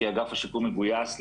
כי אגף השיקום מגויס.